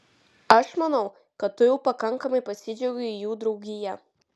aš manau kad tu jau pakankamai pasidžiaugei jų draugija